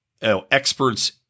experts